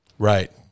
Right